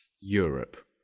Europe